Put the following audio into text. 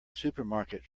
supermarket